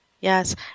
Yes